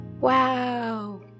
Wow